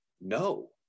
no